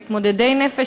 מתמודדי נפש.